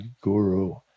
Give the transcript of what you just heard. guru